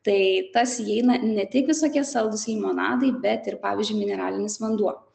tai tas įeina ne tik visokie saldūs limonadai bet ir pavyzdžiui mineralinis vanduo